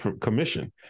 Commission